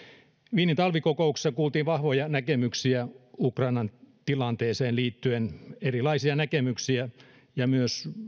wienin talvikokouksessa kuultiin vahvoja näkemyksiä ukrainan tilanteeseen liittyen erilaisia näkemyksiä ja myös